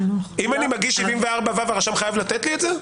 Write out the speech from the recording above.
אם אני מגיש 74ו הרשם חייב לתת לי את זה?